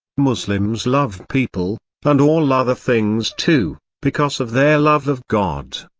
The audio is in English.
muslims love people, and all other things too, because of their love of god,